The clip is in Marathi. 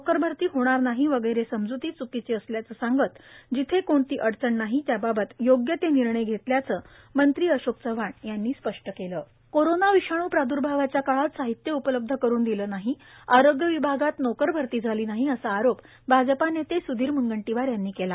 नोकरभरती होणार नाही वगैरे समजुती चुकीचे असल्याचे सांगत जिथे कोणती अडचण नाही त्याबाबत योग्य ते निर्णय घेतल्याचे मंत्री अशोक चव्हाण यांनी स्पष्ट केले कोरोना विषाणू प्राद्भावाच्या काळात साहित्य उपलब्ध करुन दिलं नाही आरोग्य विभागात नोकर भरती झाली नाही असा आरोप भाजपा नेते सुधीर मुनगंटीवार यांनी केला